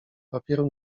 papieru